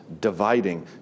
dividing